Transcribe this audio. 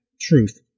truth